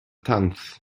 tenth